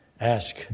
Ask